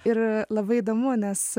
ir labai įdomu nes